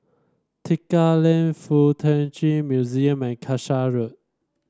Tekka Lane FuK Ta Chi Museum and Casha Road